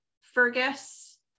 Fergus